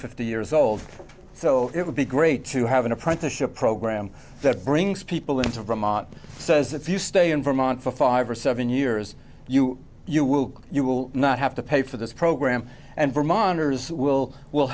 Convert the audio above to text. fifty years old so it would be great to have an apprenticeship program that brings people into vermont says if you stay in vermont for five or seven years you you will you will not have to pay for this program and vermonters will will